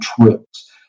trips